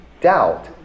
doubt